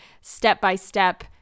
step-by-step